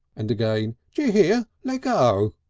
and again, d'you hear! leggo!